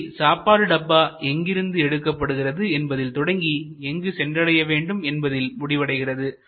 இதில் சாப்பாடு டப்பா எங்கிருந்து எடுக்கப்படுகிறது என்பதில் தொடங்கி எங்கு சென்றடைய வேண்டும் என்பதில் முடிவடைகிறது